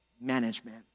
management